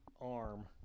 arm